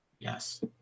Yes